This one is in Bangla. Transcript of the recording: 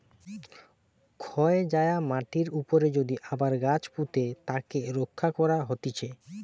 ক্ষয় যায়া মাটির উপরে যদি আবার গাছ পুঁতে তাকে রক্ষা করা হতিছে